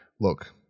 look